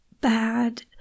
bad